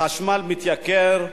החשמל מתייקר.